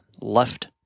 left